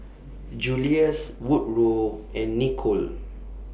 Julius Woodrow and Nicolle